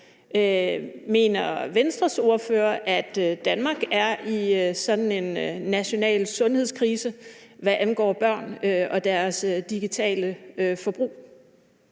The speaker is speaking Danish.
Mener Venstres ordfører, at Danmark er i sådan en national sundhedskrise, hvad angår børn og deres digitale forbrug?